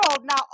now